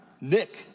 Nick